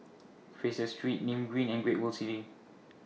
Fraser Street Nim Green and Great World City